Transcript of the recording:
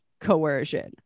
coercion